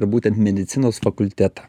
ir būtent medicinos fakultetą